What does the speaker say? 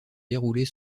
dérouler